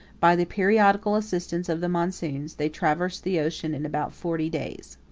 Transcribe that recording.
by the periodical assistance of the monsoons, they traversed the ocean in about forty days.